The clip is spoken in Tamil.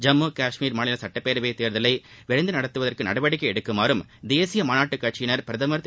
ஜம்மு காஷ்மீர் மாநில சுட்டப்பேரவை தேர்தலை விரைந்து நடத்துவதற்கு நடவடிக்கை எடுக்குமாறும் தேசிய மாநாட்டுக் கட்சியினர் பிரதமர் திரு